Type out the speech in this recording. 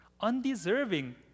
undeserving